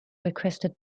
requested